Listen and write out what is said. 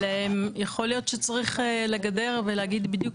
אבל יכול להיות שצריך לגדר ולהגיד בדיוק